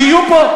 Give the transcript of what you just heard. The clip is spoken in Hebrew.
שיהיו פה.